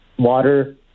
water